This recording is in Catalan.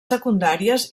secundàries